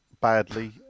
badly